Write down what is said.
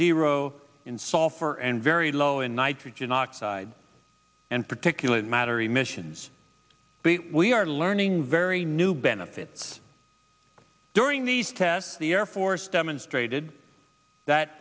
zero in software and very low in nitrogen oxide and particulate matter emissions but we are learning very new benefits during these tests the air force demonstrated that